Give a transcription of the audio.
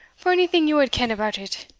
for onything ye wad ken about it